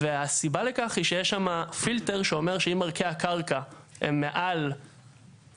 והסיבה לכך היא שיש שם פילטר שאומר שאם ערכי הקרקע הם מעל X,